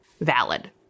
valid